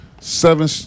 Seven